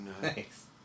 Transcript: Thanks